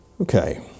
Okay